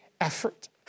effort